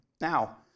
Now